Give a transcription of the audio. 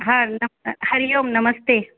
हा न हरिओम नमस्ते